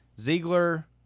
Ziegler